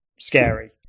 scary